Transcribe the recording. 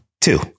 two